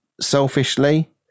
selfishly